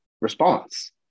response